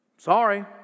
Sorry